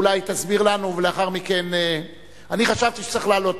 אני חשבתי שצריך לעלות.